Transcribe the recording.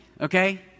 okay